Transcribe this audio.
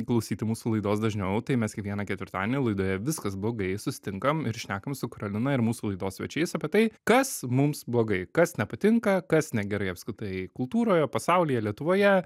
klausyti mūsų laidos dažniau tai mes kiekvieną ketvirtadienį laidoje viskas blogai susitinkam ir šnekam su karolina ir mūsų laidos svečiais apie tai kas mums blogai kas nepatinka kas negerai apskritai kultūroje pasaulyje lietuvoje